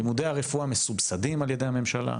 לימודי הרפואה מסובסדים על ידי הממשלה,